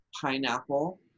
pineapple